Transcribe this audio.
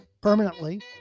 permanently